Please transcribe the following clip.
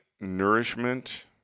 nourishment